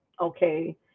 okay